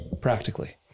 practically